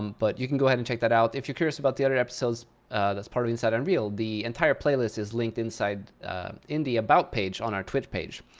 but you can go ahead and check that out. if you're curious about the other episodes that's part of inside unreal, the entire playlist is linked in the about page on our twitch page.